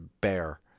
bear